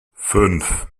fünf